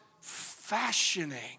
fashioning